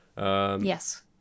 Yes